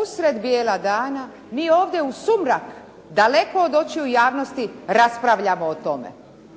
usred bijela dana, mi ovdje u sumrak daleko od očiju javnosti raspravljamo o tome.